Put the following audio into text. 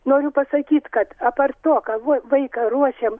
noriu pasakyt kad apart to kad vaiką ruošiam